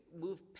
move